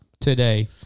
today